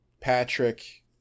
Patrick